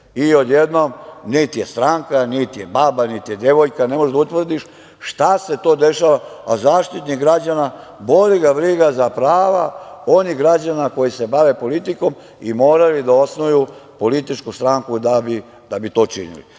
Odjednom, niti je stranka, niti je baba, niti je devojka, ne možeš da utvrdiš šta se to dešava.A Zaštitnik građana, boli ga briga za prava onih građana koji se bave politikom i moraju da osnuju političku stranku da bi to činili.